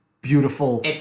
beautiful